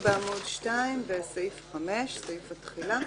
עמוד 2 בסעיף 5, סעיף התחילה.